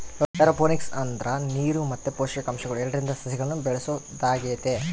aeroponics ಅಂದ್ರ ನೀರು ಮತ್ತೆ ಪೋಷಕಾಂಶಗಳು ಎರಡ್ರಿಂದ ಸಸಿಗಳ್ನ ಬೆಳೆಸೊದಾಗೆತೆ